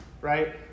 right